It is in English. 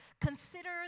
Consider